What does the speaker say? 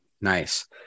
Nice